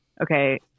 okay